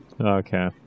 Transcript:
Okay